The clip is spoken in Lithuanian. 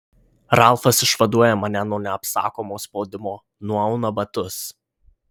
ralfas išvaduoja mane nuo neapsakomo spaudimo nuauna batus